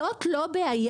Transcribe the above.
זאת לא בעיה,